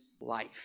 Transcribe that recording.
life